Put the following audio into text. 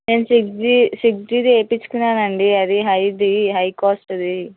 నేను six G six జీది వేయించుకున్నాను అండి అది హైది హై కాస్ట్ది